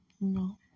No